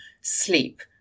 Sleep